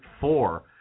four